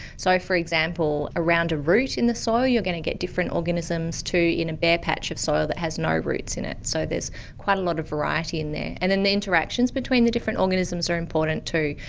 so, for example, around a root in the soil you're going to get different organisms to in a bare patch of soil that has no roots in it, so there quite a lot of variety in there. and then the interactions between the different organisms are important too.